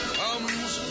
comes